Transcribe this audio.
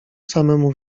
samemu